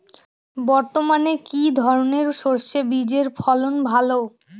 বর্তমানে কি ধরনের সরষে বীজের ফলন ভালো?